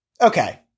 Okay